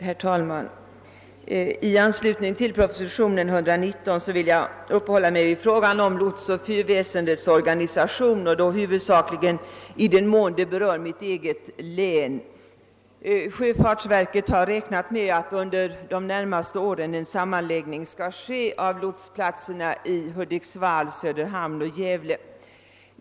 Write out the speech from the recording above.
Herr talman! I anslutning till behandlingen av propositionen 119 och min motion 1427 vill jag uppehålla mig något vid frågan om lotsoch fyrväsendets organisation, huvudsakligen i den mån denna berör mitt eget län. Sjöfartsverket har räknat med att en sammanläggning under de närmaste åren skall göras av lotsplatserna i Hudiksvall, Söderhamn och Gävle.